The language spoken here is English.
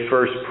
First